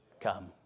come